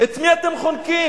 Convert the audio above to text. את מי אתם חונקים?